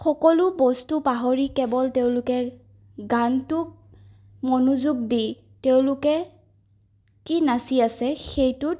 সকলো বস্তু পাহৰি কেৱল তেওঁলোকে গানটোক মনোযোগ দি তেওঁলোকে কি নাচি আছে সেইটোত